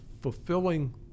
fulfilling